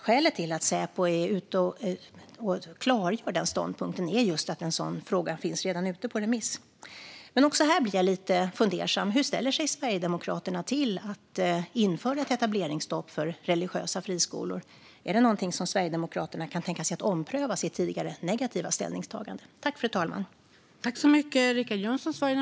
Skälet till att Säpo är ute och klargör denna ståndpunkt är alltså just att en sådan fråga redan finns ute på remiss. Också här blir jag lite fundersam. Hur ställer sig Sverigedemokraterna till att införa ett etableringsstopp för religiösa friskolor? Kan Sverigedemokraterna tänka sig att ompröva sitt tidigare negativa ställningstagande?